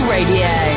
Radio